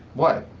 what?